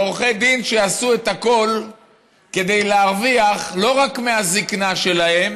לעורכי דין שיעשו את הכול כדי להרוויח לא רק מהזקנה שלהם